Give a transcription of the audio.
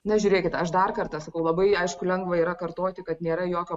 na žiūrėkit aš dar kartą sakau labai aišku lengva yra kartoti kad nėra jokio